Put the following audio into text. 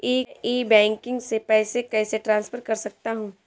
मैं e banking से पैसे कैसे ट्रांसफर कर सकता हूं?